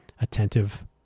attentive